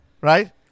right